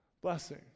blessing